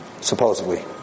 Supposedly